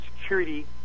security